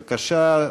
בבקשה.